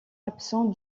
absente